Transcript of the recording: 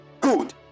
Good